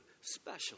special